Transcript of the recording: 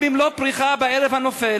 במלוא פריחה / בערב הנופל.